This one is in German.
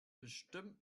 bestimmt